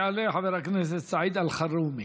יעלה חבר הכנסת סעיד אלחרומי.